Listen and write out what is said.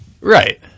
Right